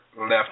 left